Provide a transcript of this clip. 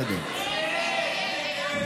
7 בעד ההצעה להסיר מסדר-היום